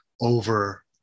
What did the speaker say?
over